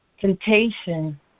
Temptation